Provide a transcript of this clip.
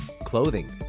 clothing